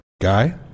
guy